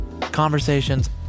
conversations